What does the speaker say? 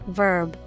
verb